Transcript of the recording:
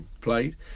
played